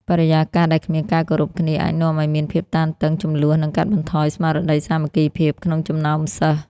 បរិយាកាសដែលគ្មានការគោរពគ្នាអាចនាំឲ្យមានភាពតានតឹង ជម្លោះ និងកាត់បន្ថយស្មារតីសាមគ្គីភាពក្នុងចំណោមសិស្ស។